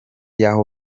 y’aho